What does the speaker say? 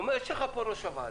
אומר לך פה ראש הוועדה,